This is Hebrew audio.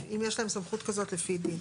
אם יש להם סמכות כזאת לפי דין.